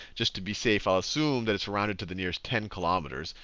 just to be safe i'll assume that it's rounded to the nearest ten kilometers.